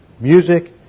Music